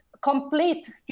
Complete